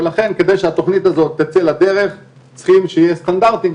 ולכן כדי שהתכנית הזאת תצא לדרך צריכים שיהיו סטנדרטים,